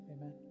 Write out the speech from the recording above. Amen